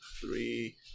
three